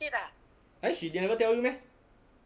eh she never tell you meh